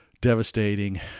devastating